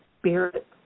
spirit